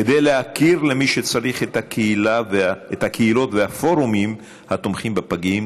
כדי להכיר למי שצריך את הקהילות והפורומים התומכים בפגים,